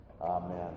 Amen